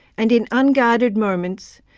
and in unguarded moments,